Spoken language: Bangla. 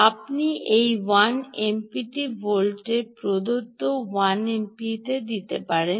আপনি এই 1 এমপিটি 1 ভোল্টে প্রদত্ত 1 এমপি এ দিতে পারেন